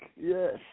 Yes